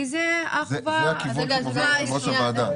כי זה --- זה הכיוון שמוביל יושב-ראש הוועדה.